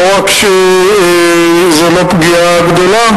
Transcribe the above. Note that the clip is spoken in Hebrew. לא רק שזה לא פגיעה גדולה,